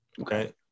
okay